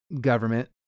government